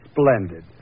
Splendid